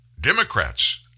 Democrats